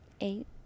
Eight